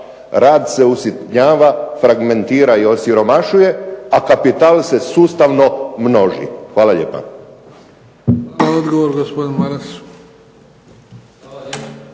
rad se usitnjava, fragmentira i osiromašuje, a kapital se sustavno množi. Hvala lijepa.